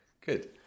Good